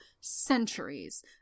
centuries